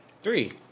Three